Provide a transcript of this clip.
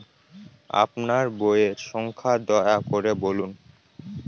আপনার বইয়ের সংখ্যা দয়া করে বলুন?